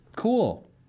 cool